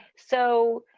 so.